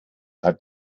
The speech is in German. hat